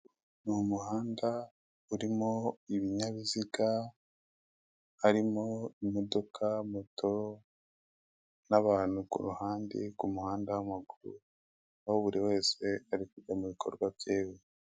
Ni umuhanda urimo ibinyabiziga, harimo imodoka, moto n'abantu ku ruhande ku muhanda w'amaguru, aho buri wese ari kujya mu bikorwa bye.